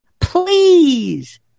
Please